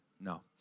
No